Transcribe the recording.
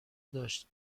داشت